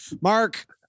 Mark